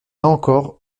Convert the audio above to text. encore